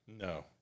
no